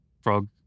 Frog